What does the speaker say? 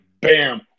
bam